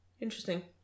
interesting